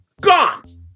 gone